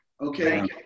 Okay